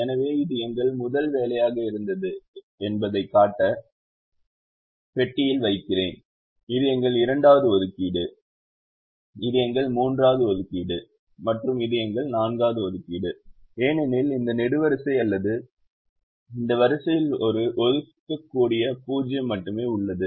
எனவே இது எங்கள் முதல் வேலையாக இருந்தது என்பதைக் காட்ட பெட்டியில் வைக்கிறேன் இது எங்கள் இரண்டாவது ஒதுக்கீடு இது எங்கள் மூன்றாவது ஒதுக்கீடு மற்றும் இது எங்கள் 4 வது ஒதுக்கீடு ஏனெனில் இந்த நெடுவரிசை அல்லது இந்த வரிசையில் ஒரு ஒதுக்கக்கூடிய 0 மட்டுமே உள்ளது